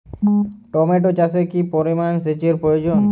Tomato চাষে কি পরিমান সেচের প্রয়োজন?